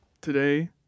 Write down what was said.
today